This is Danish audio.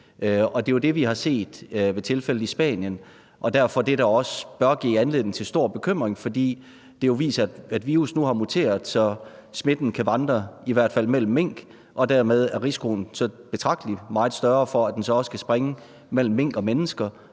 det er jo det, vi har set med tilfældet i Spanien, og derfor bør det også give anledning til stor bekymring, fordi det jo viser, at virus nu har muteret, så smitten kan vandre i hvert fald mellem mink, og at risikoen dermed er betragtelig større for, at den så også kan springe mellem mink og mennesker